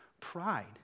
pride